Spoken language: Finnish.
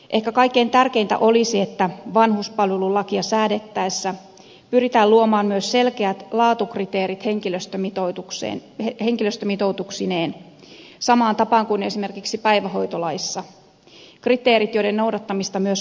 ehkä kaikkein tärkeintä olisi että vanhuspalvelulakia säädettäessä pyritään luomaan myös selkeät laatukriteerit henkilöstömitoituksineen samaan tapaan kuin esimerkiksi päivähoitolaissa kriteerit joiden noudattamista myös valvotaan